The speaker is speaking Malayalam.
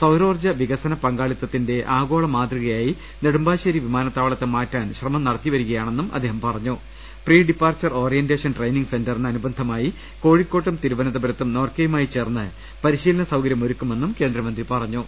സൌരോർജ്ജവികസന പങ്കാളിത്തത്തിന്റെ ആഗോള മാതൃകയായി നെടുമ്പാശ്ശേരി വിമാനത്താവളത്തെ മാറ്റാനുള്ള ശ്രമവും നടത്തിവരികയാണെന്നും അദ്ദേഹം പറഞ്ഞു പ്രീ ഡിപ്പാർച്ചർ ഓറിയന്റേഷൻ ട്രെയിനിംഗ് സെന്ററിന് അനുബ്ന്ധമായി കോഴിക്കോട്ടും തിരുവനന്തപുരത്തും നോർക്കയുമായി ചേർന്ന് പരിശീലന സൌകര്യം ഒരുക്കുമെന്നും കേന്ദ്രമന്ത്രി പറഞ്ഞു